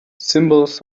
symbols